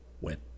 went